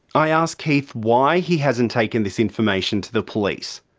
i ask keith why he hasn't taken this information to the police.